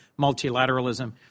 multilateralism